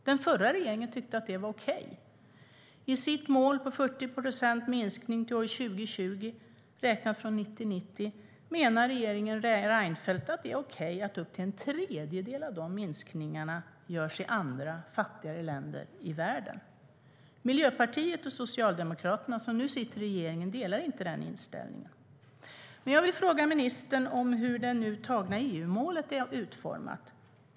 Den förra regeringen tyckte att det var okej. I sitt mål om 40 procents minskning till år 2020, räknat från 1990, menade regeringen Reinfeldt att det var okej att upp till en tredjedel av minskningarna görs i andra, fattigare länder i världen. Miljöpartiet och Socialdemokraterna, som nu sitter i regeringen, delar inte den inställningen. Jag vill fråga ministern hur det nu antagna EU-målet är utformat.